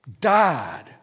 died